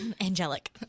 angelic